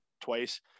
twice